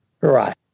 Right